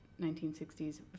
1960s